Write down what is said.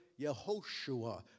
Yehoshua